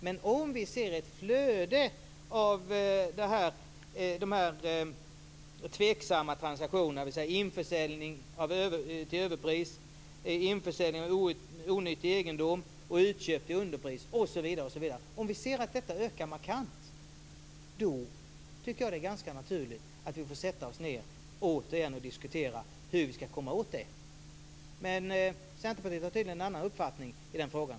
Men om vi ser att ett flöde av tveksamma transaktioner - dvs. införsäljning till överpris, införsäljning av onyttig egendom, utköp till underpris osv. - ökar markant tycker jag att det är ganska naturligt att vi återigen får sätta oss ned och diskutera hur vi ska komma åt det. Men Centerpartiet har tydligen en annan uppfattning i frågan.